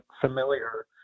familiar